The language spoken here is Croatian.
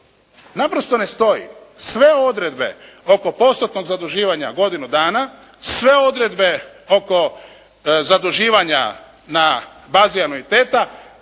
Naprosto ne stoji. Sve odredbe oko postupnog zaduživanja godinu dana, sve odredbe oko zaduživanja na bazi anuiteta